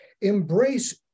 embrace